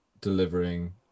delivering